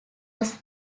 was